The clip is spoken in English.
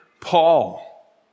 Paul